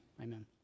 amen